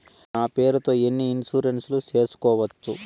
నా పేరుతో ఎన్ని ఇన్సూరెన్సులు సేసుకోవచ్చు?